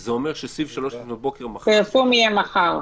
זה אומר שסביב 03:00 לפנות בוקר מחר --- הפרסום יהיה מחר.